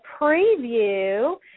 preview